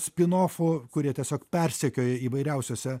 spinofų kurie tiesiog persekioja įvairiausiose